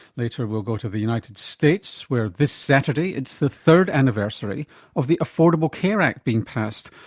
later we'll go to the united states, where this saturday it's the third anniversary of the affordable care act being passed,